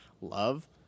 love